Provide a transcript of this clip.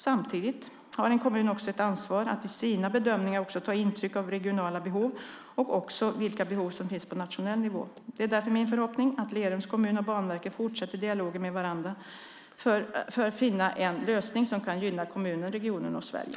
Samtidigt har en kommun också ett ansvar att i sina bedömningar också ta intryck av regionala behov och också vilka behov som finns på nationell nivå. Det är därför min förhoppning att Lerums kommun och Banverket fortsätter dialogen med varandra för att finna en lösning som kan gynna kommunen, regionen och Sverige.